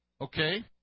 Okay